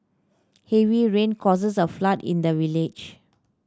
heavy rain causes a flood in the village